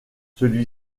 celui